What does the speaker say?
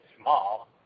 small